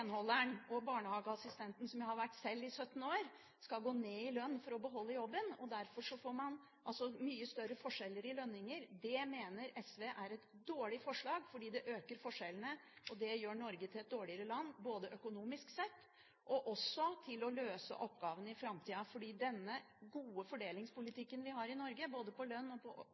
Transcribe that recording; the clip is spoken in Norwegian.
og barnehageassistenten – som jeg har vært sjøl i 17 år – skal gå ned i lønn for å beholde jobben. Derfor får man mye større forskjeller i lønninger. Det mener SV er et dårlig forslag, fordi det øker forskjellene. Det gjør Norge til et dårligere land økonomisk sett og også når det gjelder å løse oppgavene i framtida. Den gode fordelingspolitikken vi har i Norge, både på lønn og på